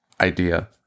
idea